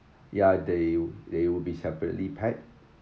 ya they they will be separately packed